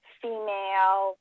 female